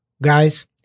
Guys